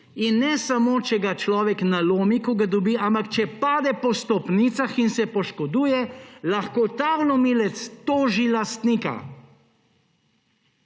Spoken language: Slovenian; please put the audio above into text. in ne samo če ga človek nalomi, ko ga dobi, ampak če pade po stopnicah in se poškoduje, lahko ta vlomilec toži lastnika.